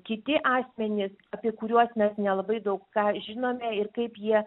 kiti asmenys apie kuriuos mes nelabai daug ką žinome ir kaip jie